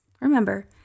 remember